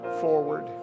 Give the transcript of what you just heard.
forward